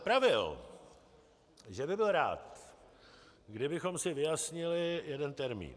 Pravil, že by byl rád, kdybychom si vyjasnili jeden termín.